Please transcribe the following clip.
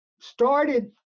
started